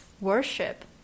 worship